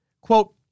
Quote